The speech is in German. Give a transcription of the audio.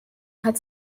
hat